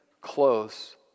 close